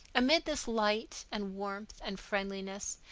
amid this light and warmth and friendliness,